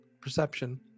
perception